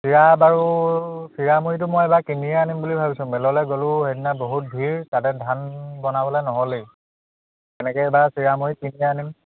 চিৰা বাৰু চিৰা মুড়িটো মই এইবাৰ কিনিয়ে আনিম বুলি ভাবিছোঁ মেললৈ গ'লোঁ সেইদিনা বহুত ভিৰ তাতে ধান বনাবলৈ নহ'লেই তেনেকৈ এইবাৰ চিৰা মুড়ি কিনিয়ে আনিম